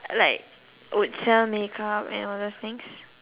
like would sell makeup and all those things